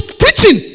preaching